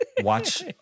watch